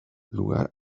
lugar